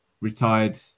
retired